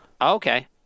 Okay